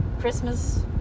Christmas